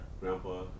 grandpa